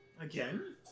Again